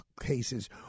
cases